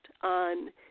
on